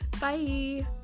bye